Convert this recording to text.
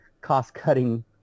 cost-cutting